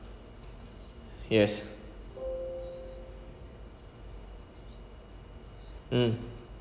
yes mm